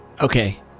Okay